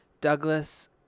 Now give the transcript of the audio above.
douglas